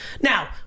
Now